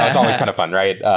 it's always kind of run, right?